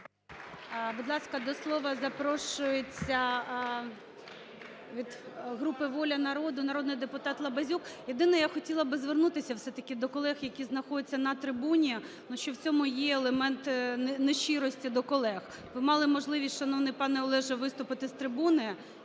Будь ласка, до слова запрошується від групи "Воля народу" народний депутатЛабазюк. Єдине я хотіла би звернутися все-таки до колег, які знаходяться на трибуні, ну, що в цьому є елемент нещирості до колег. Ви мали можливість, шановний панеОлеже, виступити з трибуни,